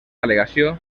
al·legació